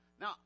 now